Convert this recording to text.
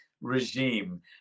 regime